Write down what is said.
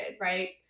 right